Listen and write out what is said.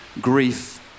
grief